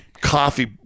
coffee